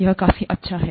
यह काफी अच्छा है